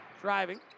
driving